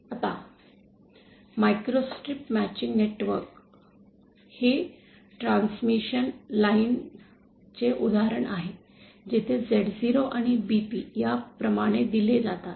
आता microstrip matching network हे transmission line चे उदाहरण आहे जिथे Z0 आणि BP या प्रमाणे दिले जातात